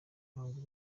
ntabwo